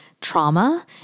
trauma